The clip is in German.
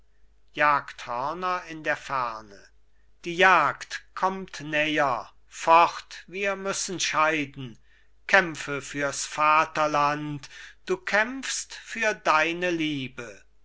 in der ferne die jagd kommt näher fort wir müssen scheiden kämpfe fürs vaterland du kämpfst für deine liebe